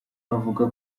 avuga